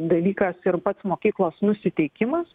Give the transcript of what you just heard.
dalykas ir pats mokyklos nusiteikimas